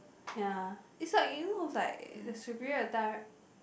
ya it's like you know it's like there's a period of time